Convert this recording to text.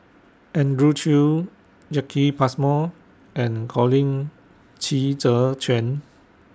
Andrew Chew Jacki Passmore and Colin Qi Zhe Quan